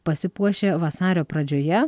pasipuošė vasario pradžioje